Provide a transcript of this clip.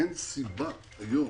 אין סיבה שהיום